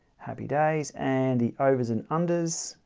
happy days, and the overs and unders.